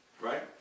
right